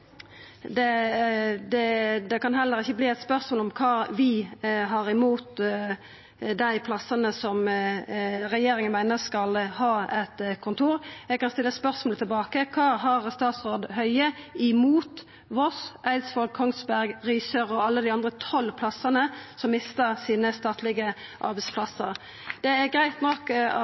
slikt nivå. Det kan heller ikkje verta eit spørsmål om kva vi har imot dei plassane som regjeringa meiner skal ha eit kontor. Eg kan stilla spørsmålet tilbake: Kva har statsråd Høie imot Voss, Eidsvoll, Kongsberg, Risør og alle dei andre tolv plassane som mistar dei statlege arbeidsplassane sine? Det er greitt nok at regjeringa har ein politikk for å få ut statlege arbeidsplassar,